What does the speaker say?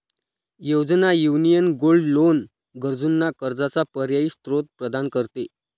योजना, union gold loan गरजूंना कर्जाचा पर्यायी स्त्रोत प्रदान करते